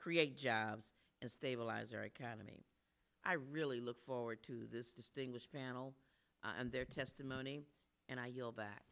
create jobs and stabilize our economy i really look forward to this distinguished panel and their testimony and i